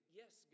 yes